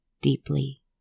deeply